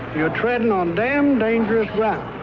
you're treading on damn dangerous ground